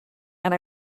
and